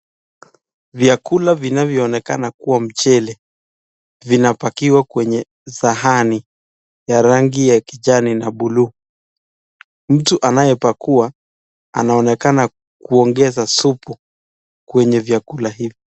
Vyakula vinavyo onekana kuwa mchele vina pakiwa kwenye sahani ya rangi ya kijani na buluu. Mtu anaye pakuwa anaonekana kuongeza supu kwenye vyakula hivi.